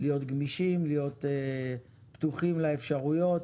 להיות גמישים, להיות פתוחים לאפשרויות,